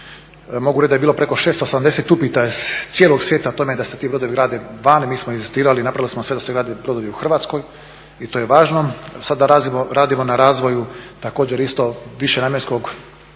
mog ureda je bilo preko 680 upita iz cijelog svijeta o tome da se ti brodovi rade vani, mi smo inzistirali i napravili smo sve da se grade brodovi u Hrvatskoj i to je važno. Jer sada radimo na razvoju također isto više namjenskog